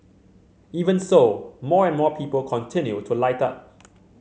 even so more and more people continue to light up